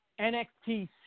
NXT